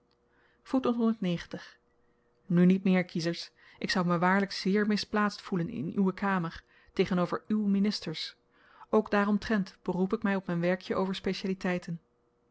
nu niet meer kiezers ik zou me waarlyk zeer misplaatst voelen in uwe kamer tegenover uw ministers ook daaromtrent beroep ik my op m'n werkjen over specialiteiten